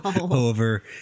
over